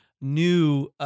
new